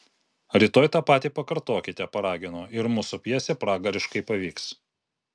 rytoj tą patį pakartokite paragino ir mūsų pjesė pragariškai pavyks